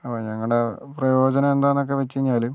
അപ്പം ഞങ്ങളുടെ പ്രയോജനം എന്താണെന്ന് ഒക്കെ വെച്ച് കഴിഞ്ഞാൽ